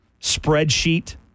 spreadsheet